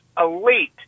elite